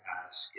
ask